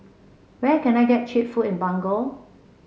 where can I get cheap food in Banjul